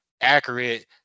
accurate